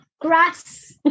grass